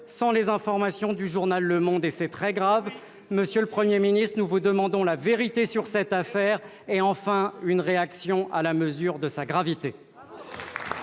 sans les informations du journal. Voilà qui est très grave ! Monsieur le Premier ministre, nous vous demandons donc la vérité sur cette affaire ... Oui !... et, enfin, une réaction à la mesure de sa gravité.